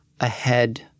ahead